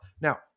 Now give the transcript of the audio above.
Now